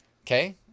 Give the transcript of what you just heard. Okay